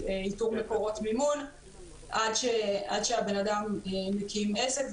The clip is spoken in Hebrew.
איתור מקורות מימון עד שהבן אדם מקים עסק,